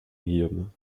guillaume